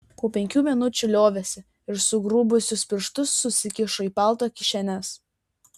po penkių minučių liovėsi ir sugrubusius piršus susikišo į palto kišenes